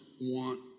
want